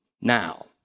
Now